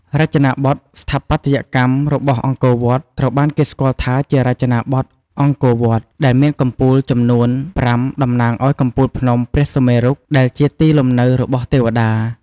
រចនាបថស្ថាបត្យកម្មរបស់អង្គរវត្តត្រូវបានគេស្គាល់ថាជារចនាបថអង្គរវត្ត ដែលមានកំពូលចំនួនប្រាំ តំណាងឱ្យកំពូលភ្នំព្រះសុមេរុ ដែលជាទីលំនៅរបស់ទេវតា។